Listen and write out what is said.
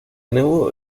nuevo